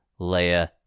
Leia